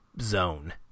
zone